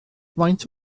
faint